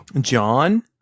John